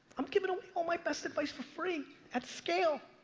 i'm giving away all my best advice for free at scale.